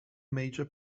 major